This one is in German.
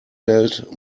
hält